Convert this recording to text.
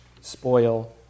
spoil